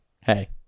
Hey